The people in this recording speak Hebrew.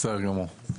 בסדר גמור.